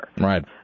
Right